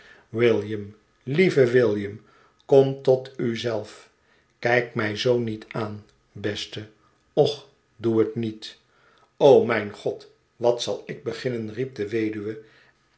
william lieve william kom totu zelf kijk mij zoo niet aan beste och doe het niet mijn god wat zal ik beginnen riep de weduwe